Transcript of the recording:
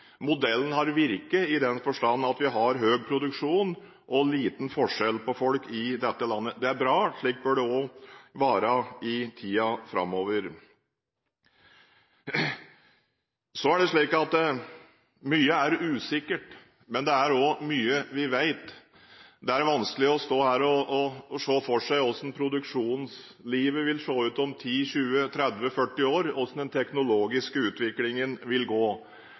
Modellen har virket i den forstand at vi har høy produksjon og liten forskjell på folk i dette landet. Det er bra. Slik bør det også være i tiden framover. Så er det slik at mye er usikkert, men det er også mye vi vet. Det er vanskelig å stå her og se for seg hvordan produksjonslivet vil se ut om 10–20–30–40 år, og hvordan den teknologiske utviklingen vil gå.